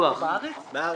חובת ביטוח אחריות מקצועית.